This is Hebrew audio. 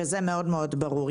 וזה מאוד מאוד ברור.